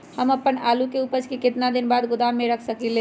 हम अपन आलू के ऊपज के केतना दिन बाद गोदाम में रख सकींले?